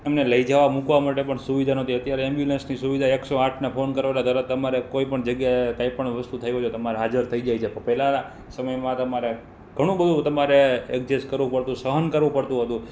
તમને લઈ જવા મુકવા માટે પણ જગ્યા નથી અત્યારે એમ્બ્યુલન્સની સુવિધા એક સો આઠ ફોન કરો એટલે તરત તમારે કોઈપણ જગ્યાએ કંઈ પણ વસ્તુ થયું હોય તો તમારે હાજર થઈ જાય છે પણ પહેલા સમયમાં તમારે ઘણો બધો તમારે એડજસ્ટ કરવું પડતું હતું સહન કરવું પડતું હતું